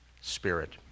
spirit